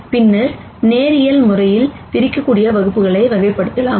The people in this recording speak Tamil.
பின்னர் லீனியர் முறையில் பிரிக்கக்கூடிய வகுப்புகளை வகைப்படுத்தலாம்